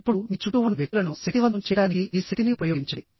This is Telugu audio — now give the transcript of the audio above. ఇప్పుడు మీ చుట్టూ ఉన్న వ్యక్తులను శక్తివంతం చేయడానికి ఈ శక్తిని ఉపయోగించండి